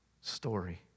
story